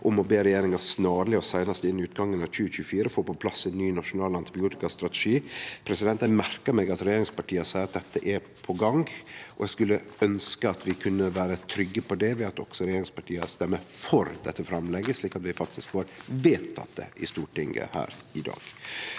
om å be «re gjeringen snarlig og senest innen utgangen av 2024, få på plass en ny nasjonal antibiotikastrategi». Eg merkar meg at regjeringspartia seier at dette er på gang. Eg skulle ønskje at vi kunne vere trygge på det ved at også regjeringspartia stemmer for dette framlegget, slik at vi faktisk får vedteke det i Stortinget i dag.